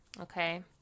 Okay